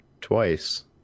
twice